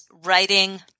writing